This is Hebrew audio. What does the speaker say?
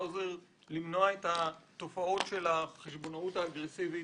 האוזר למנוע את התופעות של החשבונאות האגרסיבית